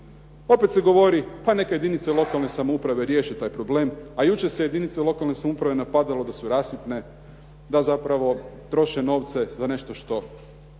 Opet se govori, pa neka jedinice lokalne samouprave riješe taj problem, a jučer se jedinice lokalne samouprave napadalo da su rasipne, da zapravo troše novce za nešto što